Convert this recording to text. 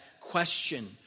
question